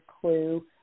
clue